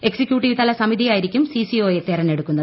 executive തല സമിതിയായിരിക്കും C C O യെ തെരഞ്ഞെടുക്കുന്നത്